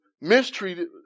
mistreated